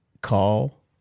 Call